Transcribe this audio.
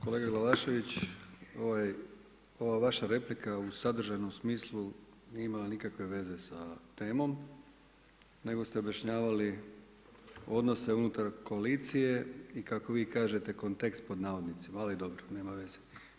Kolega Glavašević, ova vaša replika u sadržajnom smislu nije imala nikakve veze sa temom, nego ste objašnjavali odnose unutar koalicije i kako vi kažete „kontekst“, ali dobro, nema veze.